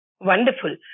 Wonderful